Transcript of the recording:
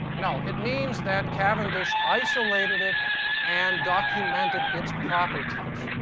no. it means that cavendish isolated it and documented its properties.